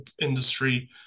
industry